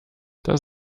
das